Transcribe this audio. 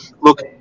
look